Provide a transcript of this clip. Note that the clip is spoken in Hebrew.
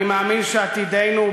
אני מאמין שעתידנו הוא